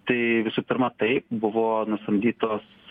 tai visų pirma tai buvo nusamdytos